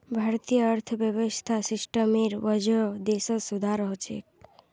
भारतीय अर्थव्यवस्था सिस्टमेर वजह देशत सुधार ह छेक